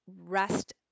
rest